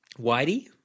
Whitey